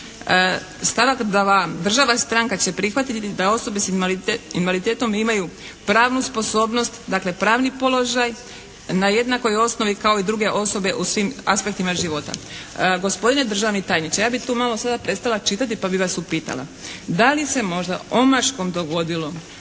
Stavak 2. Država stranka će prihvatiti da osobe s invaliditetom imaju pravnu sposobnost dakle pravni položaj na jednakoj osnovi kao i druge osobe u svim aspektima života. Gospodine državni tajniče, ja bih tu malo sada prestala čitati pa bih vas upitala. Da li se možda omaškom dogodilo